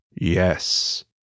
Yes